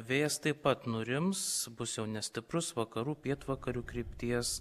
vėjas taip pat nurims bus jau nestiprus vakarų pietvakarių krypties